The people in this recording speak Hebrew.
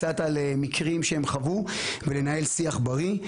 קצת על מקרים שהם חוו ולנהל שיח בריא,